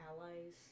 allies